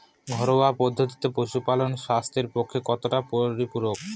ঘরোয়া পদ্ধতিতে পশুপালন স্বাস্থ্যের পক্ষে কতটা পরিপূরক?